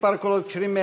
מספר הקולות הכשרים,